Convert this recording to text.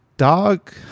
Dog